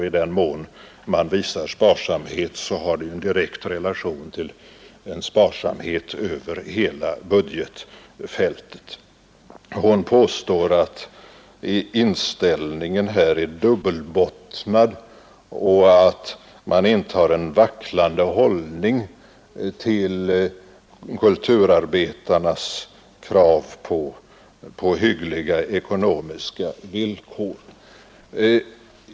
I den mån man har visat sparsamhet, har det en direkt relation till en sparsamhet över hela budgetfältet. Fru Mogård påstår att inställningen är dubbelbottnad och att man intar en vacklande hållning till kulturarbetarnas krav på hyggliga ekonomiska villkor.